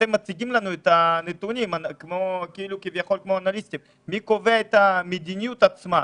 אתם מציגים לנו את הנתונים כאנאליסטים מי קובע את המדיניות עצמה,